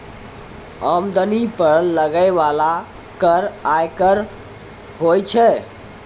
आमदनी पर लगै बाला कर आयकर होय छै